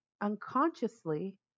unconsciously